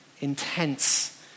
intense